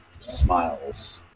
Smiles